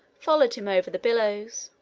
followed him over the billows.